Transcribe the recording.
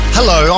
Hello